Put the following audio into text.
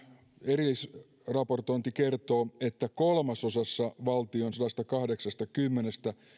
erillisraportointi kertoo että kolmasosassa valtion sadastakahdeksastakymmenestä